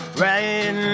right